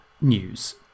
news